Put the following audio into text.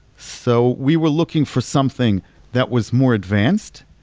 so we were looking for something that was more advanced.